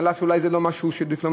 אף שאולי זה לא משהו שהוא דיפלומטי.